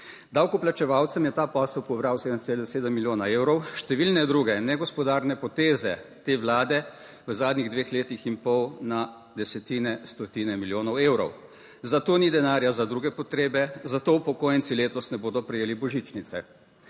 Davkoplačevalcem je ta posel pobral 7,7 milijona evrov, številne druge negospodarne poteze te vlade v zadnjih dveh letih in pol na desetine, stotine milijonov evrov, zato ni denarja, za druge potrebe, za to upokojenci letos ne bodo prejeli božičnice.